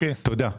תודה.